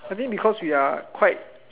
I mean because we are quite